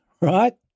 Right